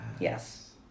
Yes